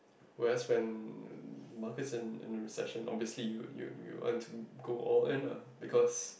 whereas when when markets and and recession obviously you you you would want to go all in lah because